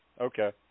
Okay